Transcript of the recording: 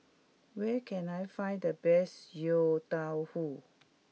where can I find the best Yong Tau Foo